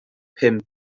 pum